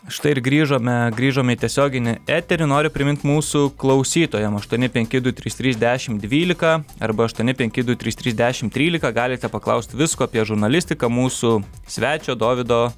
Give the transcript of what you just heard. štai ir grįžome grįžom į tiesioginį eterį noriu primint mūsų klausytojam aštuoni penki du trys trys dešim dvylika arba aštuoni penki du trys trys dešim trylika galite paklaust visko apie žurnalistiką mūsų svečio dovydo